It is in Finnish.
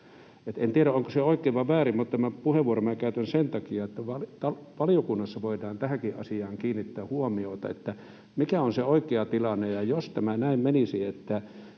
En tiedä, onko se oikein vai väärin, mutta tämän puheenvuoron minä käytän sen takia, että valiokunnassa voidaan kiinnittää huomiota tähänkin asiaan, mikä on se oikea tilanne. Jos tämä näin menisi, että